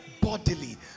bodily